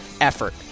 effort